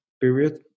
period